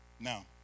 Now